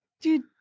Dude